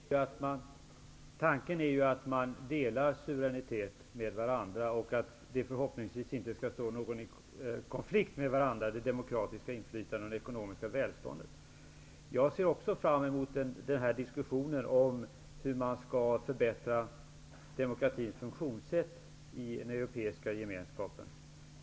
Herr talman! Tanken är ju att man delar suveränitet med varandra och att det demokratiska inflytandet förhoppningsvis inte skall stå i konflikt med det ekonomiska välståndet. Jag ser också fram emot en diskussion om hur man skall förbättra demokratins funktionssätt i den Europeiska Gemenskapen.